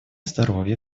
здоровья